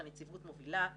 שהנציבות מובילה,